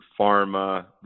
pharma